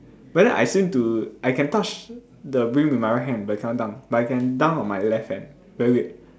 but then I seem to I can touch the rim with my right hand but cannot dunk but I can dunk on my left hand very weird